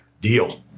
Deal